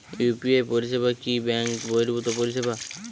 UPI পরিসেবা কি bank বর্হিভুত পরিসেবা?